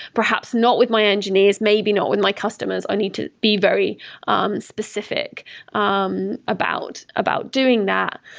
perhaps not with my engineers, maybe not with my customers, only to be very um specific um about about doing that.